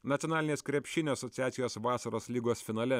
nacionalinės krepšinio asociacijos vasaros lygos finale